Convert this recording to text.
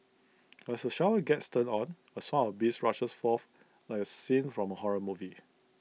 as the shower gets turned on A swarm of bees rushes forth like A scene from A horror movie